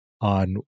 on